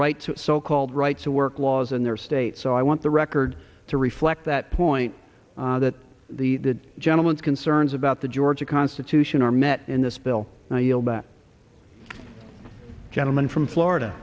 rights so called right to work laws in their state so i want the record to reflect that point that the gentleman's concerns about the georgia constitution are met in this bill now yield that gentleman from florida